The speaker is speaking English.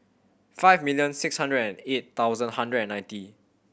five million six hundred and eight thousand hundred and ninety